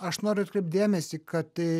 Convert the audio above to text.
aš noriu atkreipt dėmesį kad